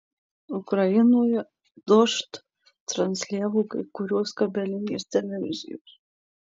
ukrainoje dožd transliavo kai kurios kabelinės televizijos